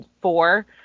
four